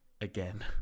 again